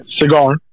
cigar